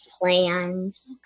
plans